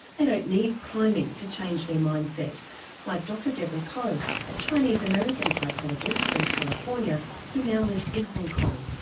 they don't need priming to change their mindset like dr deborah ko, a chinese-american psychologist from california who now lives in hong kong.